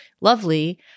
lovely